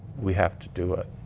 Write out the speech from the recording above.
we have to do it.